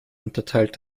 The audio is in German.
unterteilt